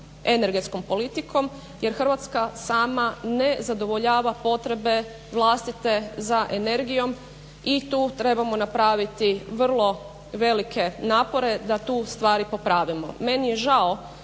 energetskom politikom jer Hrvatska sama ne zadovoljava potrebe vlastite za energijom i tu trebamo napraviti vrlo velike napore da tu stvari popravimo.